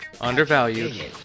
undervalued